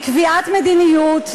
לקביעת מדיניות,